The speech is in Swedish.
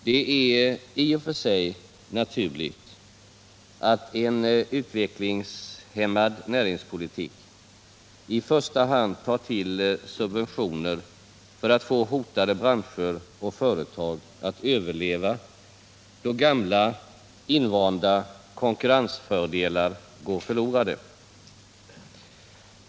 Det är i och för sig naturligt att en utvecklingshämmad näringspolitik i första hand tar till subventioner för att få hotade branscher och företag att överleva, då gamla invanda konkurrensfördelar går förlorade.